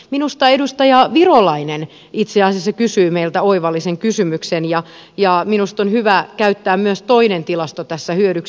minusta edustaja virolainen itse asiassa kysyi meiltä oivallisen kysymyksen ja minusta on hyvä käyttää myös toinen tilasto tässä hyödyksi